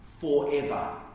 forever